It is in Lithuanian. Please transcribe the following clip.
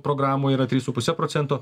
programoj yra trys su puse procento